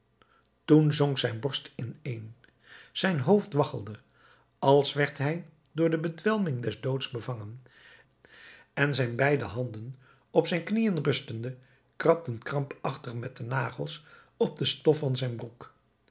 toen zonk zijn borst ineen zijn hoofd waggelde als werd hij door de bedwelming des doods bevangen en zijn beide handen op zijn knieën rustende krabden krampachtig met de nagels op de stof van zijn broek